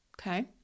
Okay